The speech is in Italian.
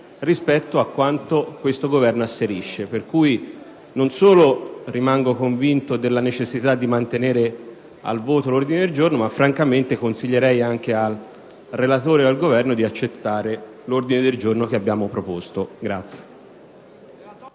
rispetto a quanto il Governo asserisce. Non solo rimango quindi convinto della necessità di votare l'ordine del giorno, ma francamente consiglierei al relatore e al Governo di accettare l'ordine del giorno che abbiamo proposto.